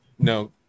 No